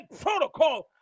protocol